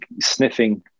sniffing